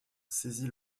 saisit